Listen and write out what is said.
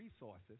resources